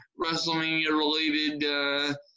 WrestleMania-related